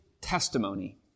testimony